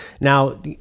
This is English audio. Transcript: Now